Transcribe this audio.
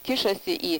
kišasi į